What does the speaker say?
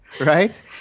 right